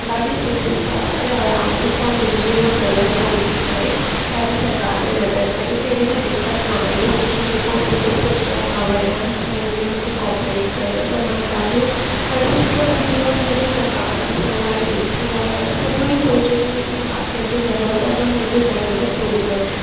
ॾाढी सुठे सां और ॾाढे आराम सां मुंहिंजी उहो ज़रूरत पूरी थी वेई ॾाढी सरकारि ने मदद कयई कहिड़ी बि दिक़त नाहे मुंहिंजो जेको बि प्रोसेस हुओ मां वियमि सभिनी ने मूंखे कोपरेट कयई त मां ॾाढो ॾाढो सुठो लॻंदो आहे कि जॾहिं सरकारि असां लाइ वेठी आहे और सुठो ई सोचे थी कि हा कंहिं खे ज़रूरत आहे त हुनजे ज़रूरत पूरी करे